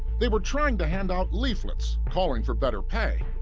they were trying to handout leaflets calling for better pay.